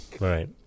Right